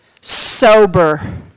sober